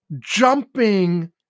jumping